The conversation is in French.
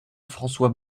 françois